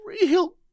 real